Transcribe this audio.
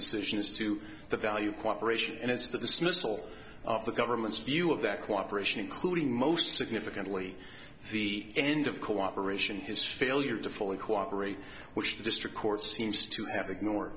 decision as to the value of cooperation and it's the dismissal of the government's view of that cooperation including most significantly the end of cooperation his failure to fully cooperate which the district court seems to have ignor